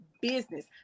business